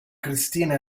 cristina